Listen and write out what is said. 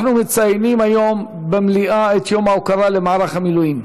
אנחנו מציינים היום במליאה את יום ההוקרה למערך המילואים.